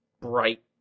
bright